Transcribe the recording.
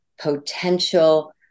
potential